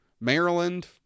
Maryland